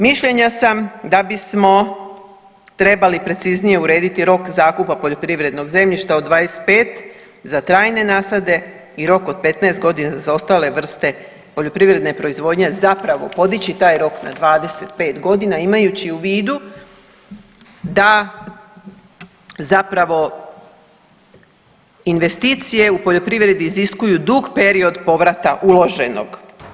Mišljenja sam da bismo trebali preciznije urediti rok zakupa poljoprivrednog zemljišta od 25 za trajne nasade i rok od 15 godina za ostale vrste poljoprivredne proizvodnje zapravo podići taj rok na 25 godina imajući u vidu da zapravo investicije u poljoprivredi iziskuju dug period povrata uloženog.